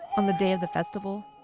on the day of the festival,